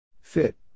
Fit